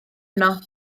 yno